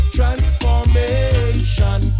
Transformation